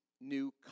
New